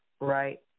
right